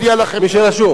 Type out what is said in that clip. מה אתנו?